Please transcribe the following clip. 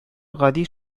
гади